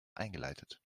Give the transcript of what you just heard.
eingeleitet